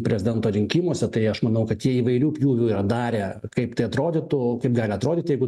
prezidento rinkimuose tai aš manau kad jie įvairių pjūvių yra darę kaip tai atrodytų kaip gali atrodyti jeigu